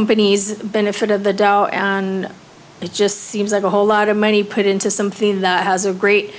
binny's benefit of the doubt and it just seems like a whole lot of money put into something that has a great